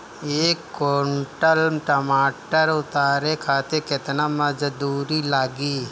एक कुंटल टमाटर उतारे खातिर केतना मजदूरी लागी?